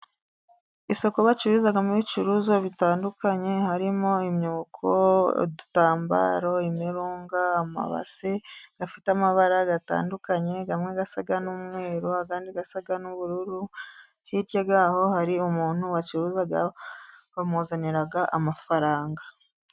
Isoko bacururizamo ibicuruzwa bitandukanye, harimo: imyuko, udutambaro, imirunga, amabase afite amabara gatandukanye amwe asa n'umweru andi asa n'ubururu. Hirya yaho hari umuntu ucuruza bamuzanira amafaranga.